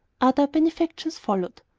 other benefactions followed.